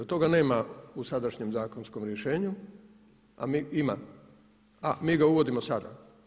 Toga nema u sadašnjem zakonskom rješenju, a mi ga uvodimo sada.